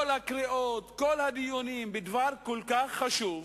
כל הקריאות, כל הדיונים, בדבר כל כך חשוב.